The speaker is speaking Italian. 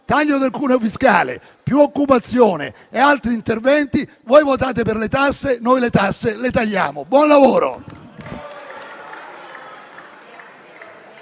taglio del cuneo fiscale, più occupazione e altri interventi. Voi votate per le tasse, mentre noi le tasse le tagliamo. Buon lavoro.